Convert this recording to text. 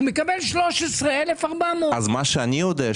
הוא מקבל 13,400. אז מה שאני יודע,